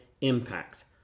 impact